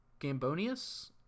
Gambonius